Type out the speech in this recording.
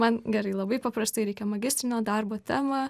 man gerai labai paprastai reikia magistrinio darbo temą